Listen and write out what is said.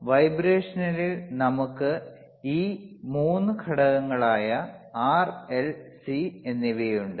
അതിനാൽ വൈബ്രേഷനിൽ നമുക്ക് ഈ 3 ഘടകങ്ങളായ R L C എന്നിവയുണ്ട്